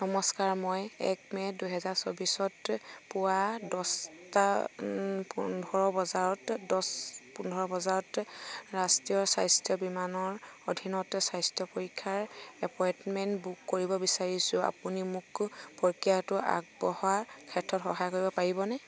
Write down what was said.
নমস্কাৰ মই এক মে দুহেজাৰ চৌবিছত পুৱা দহটা পোন্ধৰ বজাত দহটা পোন্ধৰ বজাত ৰাষ্ট্ৰীয় স্বাস্থ্য বিমানৰ অধীনত স্বাস্থ্য পৰীক্ষাৰ এপইণ্টমেণ্ট বুক কৰিব বিচাৰিছোঁ আপুনি মোক প্ৰক্ৰিয়াটোত আগবঢ়াৰ ক্ষেত্ৰত সহায় কৰিব পাৰিবনে